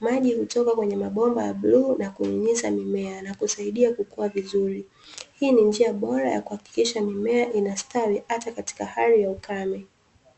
Maji hutoka kwenye mabomba ya bluu na kunyunyiza mimea na kusaidia kukua vizuri. Hii ni njia bora ya kuhakikisha mimea inastawi hata katika hali ya ukame.